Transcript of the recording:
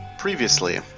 Previously